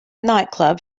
nightclub